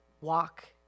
walk